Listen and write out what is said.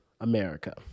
America